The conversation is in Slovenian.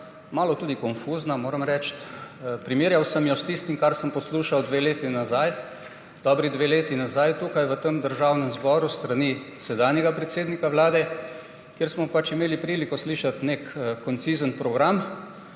malo tudi konfuzna, moram reči. Primerjal sem jo s tistim, kar sem poslušal dve leti nazaj, dobri dve leti nazaj tukaj v Državnem zboru s strani sedanjega predsednika Vlade, kjer smo imeli priliko slišati nek koncizen program